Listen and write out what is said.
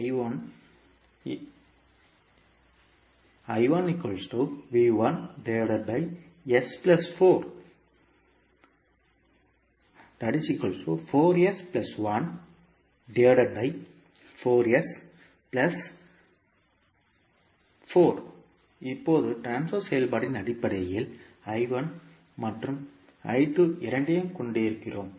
I1 இருக்கும் இப்போது transfer செயல்பாட்டின் அடிப்படையில் I1 மற்றும் I2 இரண்டையும் கொண்டிருக்கிறோம்